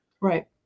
Right